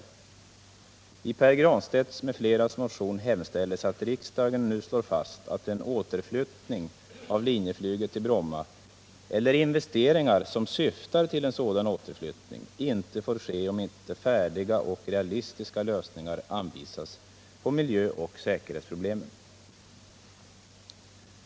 I motionen av Pär Granstedt m.fl. hemställs att riksdagen nu slår fast att en återflyttning av linjeflyget till Bromma -— eller investeringar som syftar till en sådan återflyttning — inte får ske om inte färdiga och realistiska lösningar anvisas på miljöoch säkerhetsproblemen.